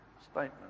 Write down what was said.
statement